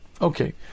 Okay